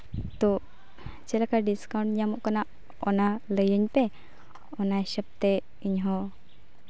ᱛᱚ ᱪᱮᱫ ᱞᱮᱠᱟ ᱰᱤᱥᱠᱟᱣᱩᱱᱴ ᱧᱟᱢᱚᱜ ᱠᱟᱱᱟ ᱚᱱᱟ ᱞᱟᱹᱭᱟᱹᱧ ᱯᱮ ᱚᱱᱟ ᱦᱤᱥᱟᱹᱵ ᱛᱮ ᱤᱧᱦᱚᱸ